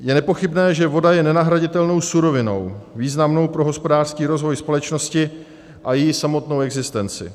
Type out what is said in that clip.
Je nepochybné, že voda je nenahraditelnou surovinou významnou pro hospodářský rozvoj společnosti a její samotnou existenci.